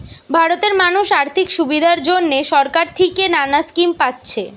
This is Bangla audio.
ভারতের মানুষ আর্থিক সুবিধার জন্যে সরকার থিকে নানা স্কিম পাচ্ছে